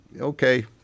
Okay